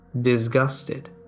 disgusted